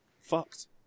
fucked